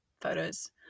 photos